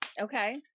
Okay